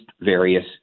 various